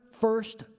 first